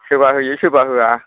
सोरबा होयो सोरबा होआ